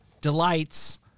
delights